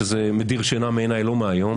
שזה מדיר שינה מעיני לא מהיום,